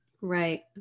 right